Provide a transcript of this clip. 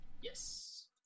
Yes